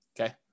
Okay